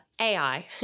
AI